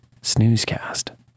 snoozecast